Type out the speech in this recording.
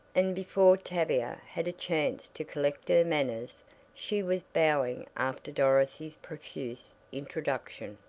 and before tavia had a chance to collect her manners she was bowing after dorothy's profuse introduction.